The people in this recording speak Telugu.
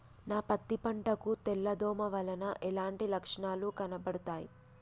నా పత్తి పంట కు తెల్ల దోమ వలన ఎలాంటి లక్షణాలు కనబడుతాయి?